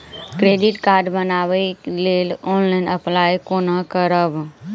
Credit card बनाबै लेल online apply कोना करबै?